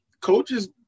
coaches –